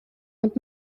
und